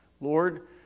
Lord